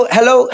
Hello